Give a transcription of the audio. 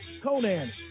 Conan